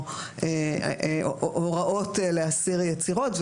או הוראות להסיר יצירות.